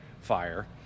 fire